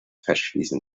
festschließen